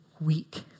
weak